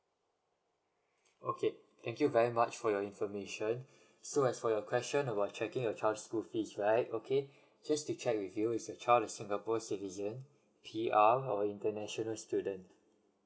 okay thank you very much for your information so as for your question about checking your child's school fees right okay just to check with you is your child a singapore citizen P_R or international student